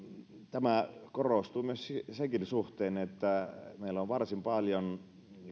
tämä korostuu myös senkin suhteen että meillä on varsin paljon